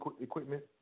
equipment